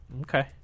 okay